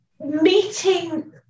Meeting